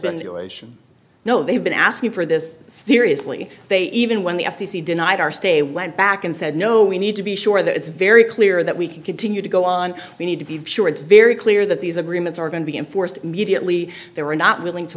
elation no they've been asking for this seriously they even when the f c c denied our stay went back and said no we need to be sure that it's very clear that we can continue to go on we need to be sure it's very clear that these agreements are going to be enforced immediately they were not willing to